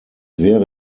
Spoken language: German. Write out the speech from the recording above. wäre